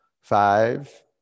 five